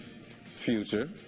Future